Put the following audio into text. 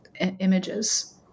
images